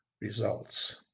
results